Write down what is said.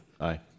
Aye